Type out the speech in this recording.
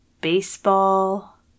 baseball